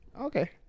okay